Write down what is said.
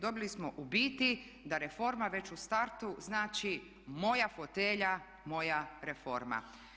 Dobili smo u biti da reforma već u startu znači moja fotelja, moja reforma.